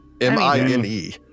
M-I-N-E